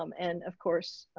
um and of course,